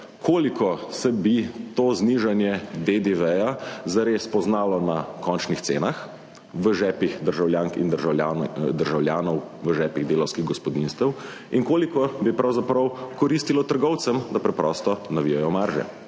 koliko bi se to znižanje DDV zares poznalo na končnih cenah, v žepih državljank in državljanov, v žepih delavskih gospodinjstev, in koliko bi pravzaprav koristilo trgovcem, da preprosto navijejo marže.